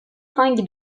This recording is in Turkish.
hangi